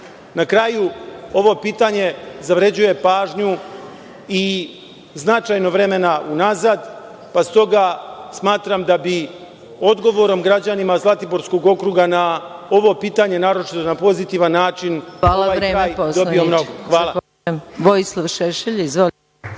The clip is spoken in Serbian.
kraju, ovo pitanje zavređuje pažnju i značajno vremena unazad, pa stoga, smatram da bi odgovorom građanima Zlatiborskog okruga na ovo pitanje, naročito na pozitivan način, taj kraj bi dobio mnogo. Hvala.